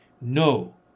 No